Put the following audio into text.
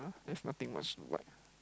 uh there's nothing much to like